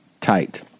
tight